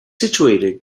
situated